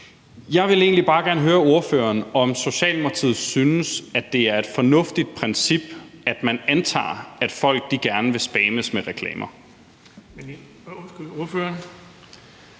Jeg vil egentlig bare gerne høre ordføreren, om Socialdemokratiet synes, at det er et fornuftigt princip, at man antager, at folk gerne vil spammes med reklamer.